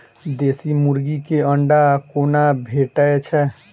देसी मुर्गी केँ अंडा कोना भेटय छै?